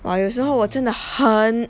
我有时候我真的很